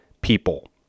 people